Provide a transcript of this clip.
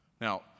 Now